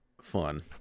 fun